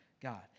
God